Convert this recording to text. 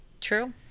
true